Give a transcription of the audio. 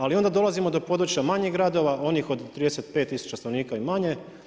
Ali onda dolazimo do područja manjih gradova, onih od 35000 stanovnika i manje.